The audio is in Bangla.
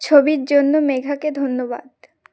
ছবির জন্য মেঘাকে ধন্যবাদ